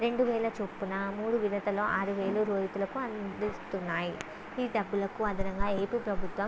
రెండు వేల చొప్పున మూడు విడతలు ఆరు వేల రైతులకు అందిస్తూ ఉన్నాయి ఈ డబ్బులకు అదనంగా ఏపీ ప్రభుత్వం